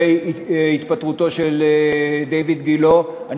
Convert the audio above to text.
על התפטרותו של דיויד גילה שלילית,